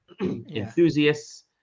enthusiasts